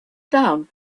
down